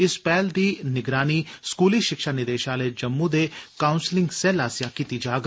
इस पैहल दी निगरानी स्कूली शिक्षा निदेशालय जम्मू दे काउंसलिंग सेल्ल आस्सेआ कीती जाग